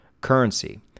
currency